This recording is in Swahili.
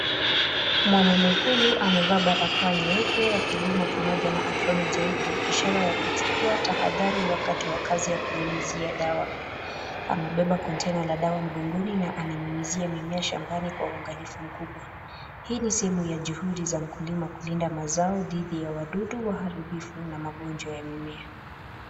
Mwanaume huyu amevaa barakoa nyeupe akilima pamoja na aproni jeupe, ishara ya kuchukua tahadhari wakati wa kazi ya kunyunyizia dawa, amebeba container la dawa mgongoni na ananyunyizia mimea shambani kwa uangalifu mkubwa, hii ni sehemu za juhudi ya mkulima kulinda mazao dhidi ya wadudu waharibifu na magonjwa ya mimea.